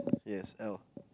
yes L